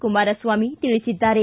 ಕುಮಾರಸ್ವಾಮಿ ತಿಳಿಸಿದ್ದಾರೆ